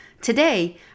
Today